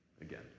Again